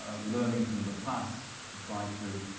learning from the past to try to